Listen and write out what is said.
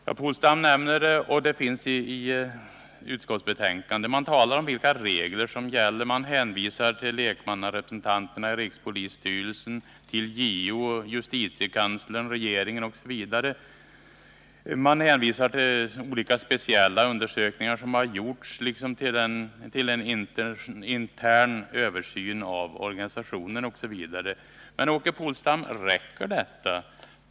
Åke Polstam nämner vissa regler som gäller, och det talas också om dem i utskottsbetänkandet, varvid man hänvisar till lekmannarepresentanterna i rikspolisstyrelsen, till JO och justitiekanslern, regeringen osv. Man hänvisar också till olika speciella undersökningar som har gjorts liksom till en intern översyn av organisationen. Men, Åke Polstam, räcker detta?